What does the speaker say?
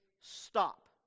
stop